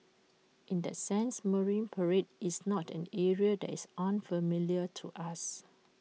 in that sense marine parade is not an area that is unfamiliar to us